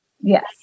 Yes